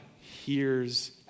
hears